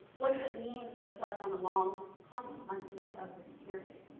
what does it mean reflect on the long consequences of this period?